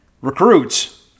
recruits